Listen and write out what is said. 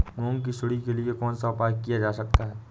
मूंग की सुंडी के लिए कौन सा उपाय किया जा सकता है?